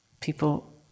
people